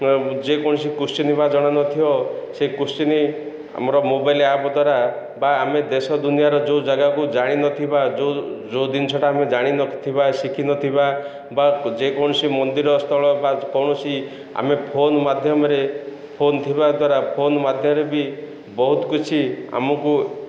ଯେକୌଣସି କୋଶ୍ଚିନ୍ ଜଣିନଥିବ ସେ କୋଶ୍ଚିନ୍ ଆମର ମୋବାଇଲ୍ ଆପ୍ ଦ୍ଵାରା ବା ଆମେ ଦେଶ ଦୁନିଆର ଯେଉଁ ଜାଗାକୁ ଜାଣିନଥିବା ଯେଉଁ ଯେଉଁ ଜିନିଷଟା ଆମେ ଜାଣିନଥିବା ଶିଖିନଥିବା ବା ଯେକୌଣସି ମନ୍ଦିର ସ୍ଥଳ ବା କୌଣସି ଆମେ ଫୋନ୍ ମାଧ୍ୟମରେ ଫୋନ୍ ଥିବା ଦ୍ୱାରା ଫୋନ୍ ମାଧ୍ୟମରେ ବି ବହୁତ କିଛି ଆମକୁ